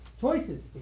Choices